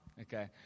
okay